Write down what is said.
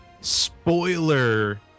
spoiler